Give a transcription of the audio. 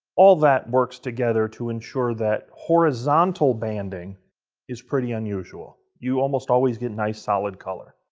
all that works together to ensure that horizontal banding is pretty unusual. you almost always get nice solid color.